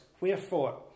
wherefore